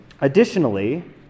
Additionally